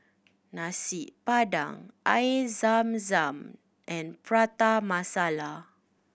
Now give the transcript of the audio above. Nasi Padang Air Zam Zam and Prata Masala